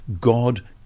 God